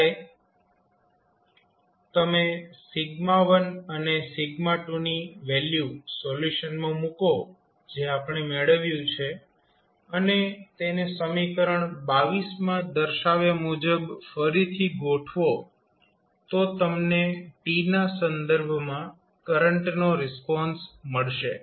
તેથી જ્યારે તમે 1 અને 2 ની વેલ્યુ સોલ્યુશનમાં મૂકો જે આપણે મેળવ્યું છે અને તેને સમીકરણ માં દર્શાવ્યા મુજબ ફરીથી ગોઠવો તો તમને t ના સંદર્ભમાં કરંટનો રિસ્પોન્સ મળશે